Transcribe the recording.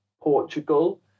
portugal